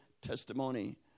testimony